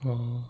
orh